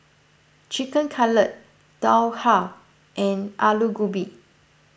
Chicken Cutlet Dhokla and Alu Gobi